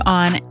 on